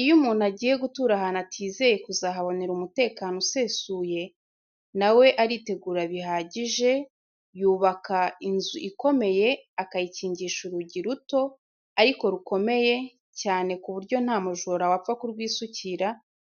Iyo umuntu agiye gutura ahantu atizeye kuzahabonera umutekano usesuye, na we aritegura bihagije, yubaka inzu ikomeye, akayikingisha urugi ruto ariko rukomeye cyane ku buryo nta mujura wapfa kurwisukira,